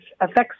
affects